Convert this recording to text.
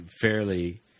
fairly